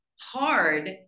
hard